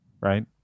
right